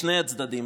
משני הצדדים,